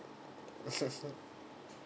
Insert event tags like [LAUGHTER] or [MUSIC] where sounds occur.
[LAUGHS]